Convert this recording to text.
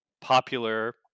popular